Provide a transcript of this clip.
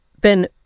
Ben